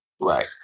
right